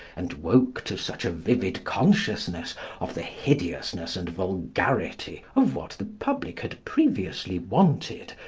and woke to such a vivid consciousness of the hideousness and vulgarity of what the public had previously wanted,